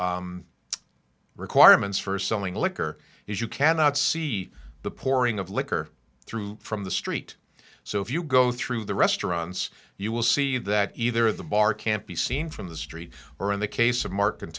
the requirements for selling liquor is you cannot see the pouring of liquor through from the street so if you go through the restaurants you will see that either the bar can't be seen from the street or in the case of mar